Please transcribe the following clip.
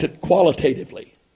qualitatively